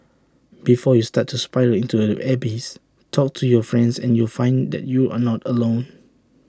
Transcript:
before you start to spiral into the abyss talk to your friends and you'll find that you are not alone